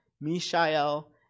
Mishael